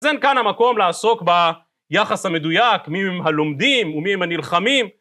אז אין כאן המקום לעסוק ביחס המדויק מי הם הלומדים, ומי הם הנלחמים,